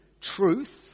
truth